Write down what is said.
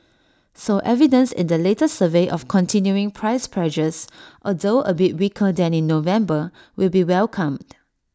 so evidence in the latest survey of continuing price pressures although A bit weaker than in November will be welcomed